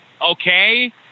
okay